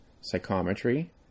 psychometry